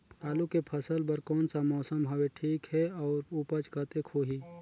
आलू के फसल बर कोन सा मौसम हवे ठीक हे अउर ऊपज कतेक होही?